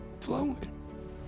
flowing